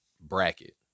Bracket